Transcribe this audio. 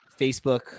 Facebook